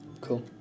Cool